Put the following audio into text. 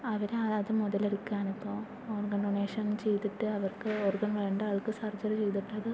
അവര് ആ അത് മുതലെടുക്കാൻ അപ്പോൾ ഓർഗൺ ഡൊണേഷൻ ചെയ്തിട്ട് അവർക്ക് ഓർഗൺ വേണ്ട ആൾക്ക് സർജറി ചെയ്തിട്ട് അത്